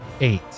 eight